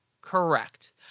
correct